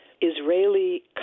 Israeli